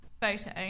Photo